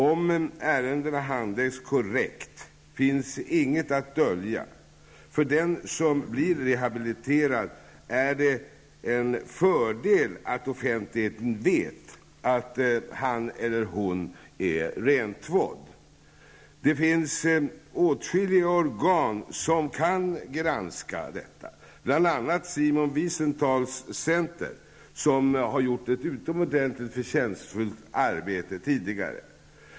Om ärendena handläggs korrekt, finns inget att dölja. För den som blir rehabiliterad är det en fördel att offentligheten vet att han eller hon är rentvådd. Det finns åtskilliga organ som kan granska detta. Ett av dem är Simon Wiesenhtals center, som tidigare har gjort ett utomordentligt förtjänstfullt arbete.